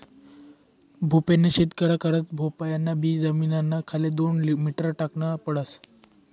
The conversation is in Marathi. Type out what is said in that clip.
भोपयानी शेती करा करता भोपयान बी जमीनना खाले दोन मीटर टाकन पडस